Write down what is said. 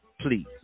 please